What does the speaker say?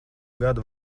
gadu